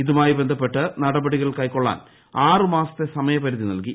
ഇതുമായി ബന്ധപ്പെട്ട് നടപടികൾ കൈക്കൊള്ളാൻ ആറ് മാസത്തെ സമയപരിധി നൽകി